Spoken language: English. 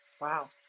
Wow